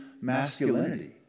masculinity